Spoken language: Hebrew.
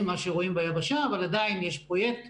אבל אנחנו